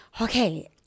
okay